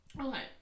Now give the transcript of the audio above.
Okay